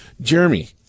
Jeremy